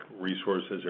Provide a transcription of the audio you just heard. resources